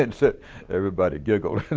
and said everybody giggled,